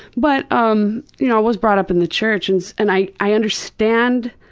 but um you know i was brought up in the church and and i i understand